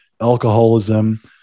alcoholism